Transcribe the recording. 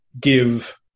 give